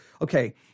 Okay